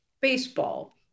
baseball